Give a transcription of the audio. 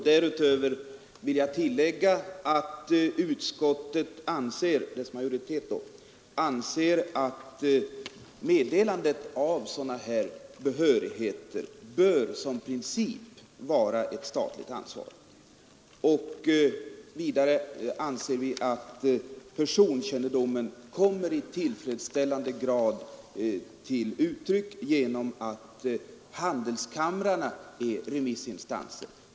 Därutöver vill jag tillägga att utskottets majoritet anser att meddelande av sådana här behörigheter som princip bör vara ett statligt ansvar. Vidare anser vi att personkännedomen kommer i tillfredsställande grad till uttryck genom att handelskamrarna är remissinstanser.